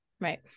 Right